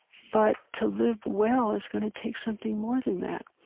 but to live well is going to take something more than that.